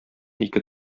ике